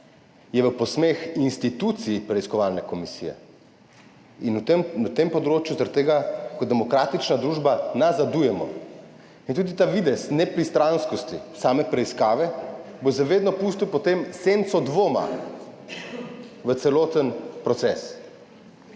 je v posmeh instituciji preiskovalne komisije. Na tem področju zaradi tega kot demokratična družba nazadujemo. Tudi ta videz nepristranskosti same preiskave, bo za vedno pustil potem senco dvoma v celoten proces.